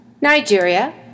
Nigeria